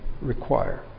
require